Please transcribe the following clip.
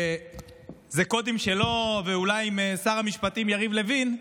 אולי קודים שלו עם שר המשפטים יריב לוין,